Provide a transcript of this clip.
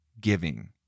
giving